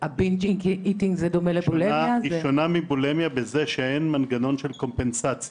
היא שונה מבולימיה בזה שאין מנגנון של קומפנסציה.